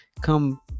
come